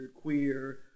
queer